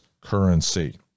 Currency